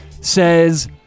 says